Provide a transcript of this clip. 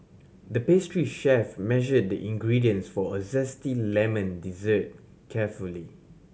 the pastry chef measured the ingredients for a zesty lemon dessert carefully